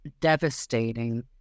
devastating